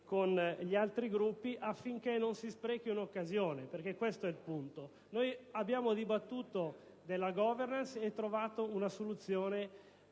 con gli altri Gruppi, affinché non si sprechi un'occasione. Questo è il punto. Abbiamo dibattuto della *governance* e trovato una soluzione